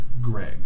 Greg